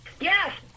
Yes